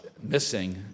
missing